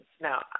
Now